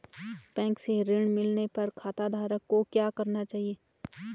Bank से ऋण मिलने पर खाताधारक को क्या करना चाहिए?